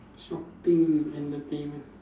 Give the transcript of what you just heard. shopping entertainment